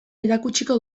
erakutsiko